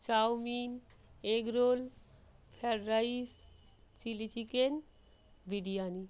chowmein egg roll fried rice chilli chicken biryani